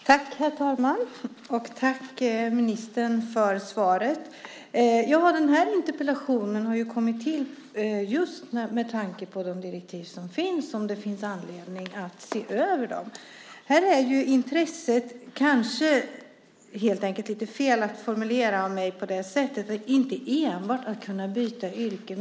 Herr talman! Jag tackar ministern för svaret. Interpellationen har kommit till just med tanke på de direktiv som finns och om det finns anledning att se över dem. Det var kanske lite fel att formulera mig på det sätt jag gjorde. Intresset är inte enbart att kunna byta yrke.